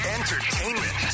Entertainment